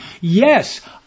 Yes